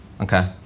okay